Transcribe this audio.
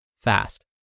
fast